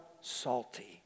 salty